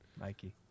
Mikey